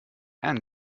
and